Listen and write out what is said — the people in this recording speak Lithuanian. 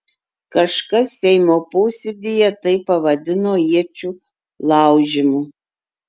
kažkas seimo posėdyje tai pavadino iečių laužymu